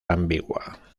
ambigua